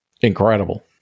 Incredible